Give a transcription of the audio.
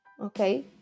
Okay